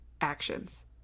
actions